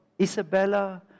Isabella